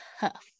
tough